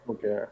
Okay